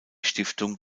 stiftung